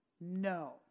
No